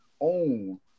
own